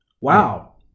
Wow